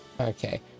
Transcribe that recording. okay